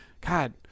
god